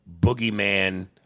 boogeyman –